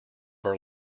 our